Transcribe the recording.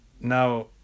Now